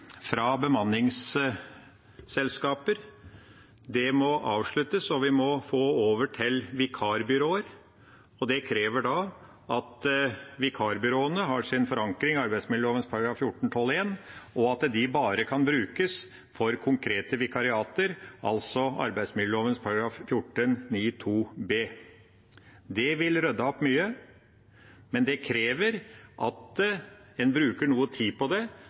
fra bemanningsselskaper må avsluttes, og vi må gå over til vikarbyråer. Det krever at vikarbyråene har sin forankring i arbeidsmiljøloven § 14-12 punkt 1, og at de bare kan brukes for konkrete vikariater, altså arbeidsmiljøloven § 14-9 punkt 2 b. Det ville ryddet opp mye, men det krever at en bruker noe tid på det,